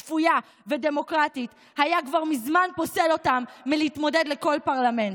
שפויה ודמוקרטית היה כבר מזמן פוסל אותם מלהתמודד לכל פרלמנט.